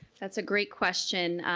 that's a great question.